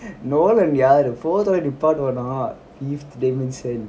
nolan யாரு:yaru fourth ஓடநிப்பாட்டுவானா:oda nippaduvana fifth dimension